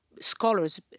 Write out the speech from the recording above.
scholars